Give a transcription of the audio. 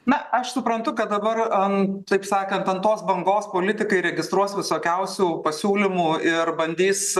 na aš suprantu kad dabar ant taip sakant ant tos bangos politikai registruos visokiausių pasiūlymų ir bandys